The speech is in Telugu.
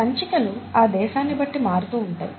సంచికలు ఆ దేశాన్ని బట్టి మారుతూ ఉంటాయి